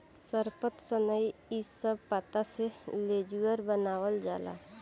सरपत, सनई इ सब पत्ता से लेजुर बनावाल जाला